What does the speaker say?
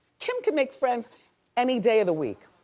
kim could make friends any day of the week.